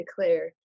declare